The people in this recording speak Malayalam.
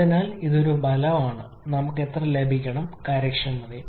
അതിനാൽ ഇത് ഒരു ഫലമാണ് നമുക്ക് അത് ലഭിക്കണം കാര്യക്ഷമതയും